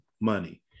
money